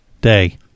day